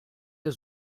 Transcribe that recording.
der